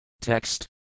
Text